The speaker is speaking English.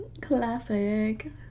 classic